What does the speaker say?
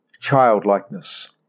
childlikeness